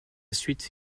suite